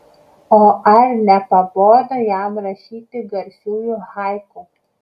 o ar nepabodo jam rašyti garsiųjų haiku